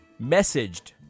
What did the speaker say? messaged